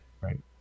right